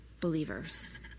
believers